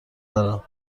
دارم